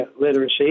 literacy